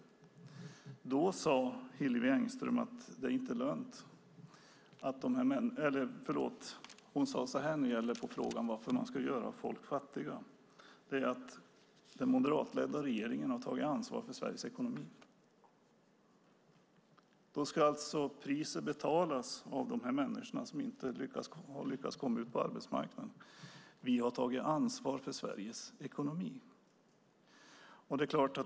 Då sade Hillevi Engström, beträffande varför man skulle göra folk fattiga, att den moderatledda regeringen har tagit ansvar för Sveriges ekonomi. Priset ska alltså betalas av de människor som inte lyckats komma in på arbetsmarknaden. Vi har tagit ansvar för Sveriges ekonomi, sades det.